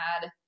add